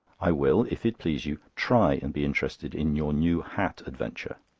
i will, if it please you, try and be interested in your new hat adventure.